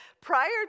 Prior